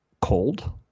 cold